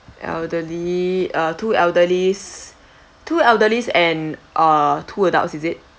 elderly uh two elderlies two elderlies and uh two adults is it